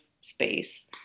space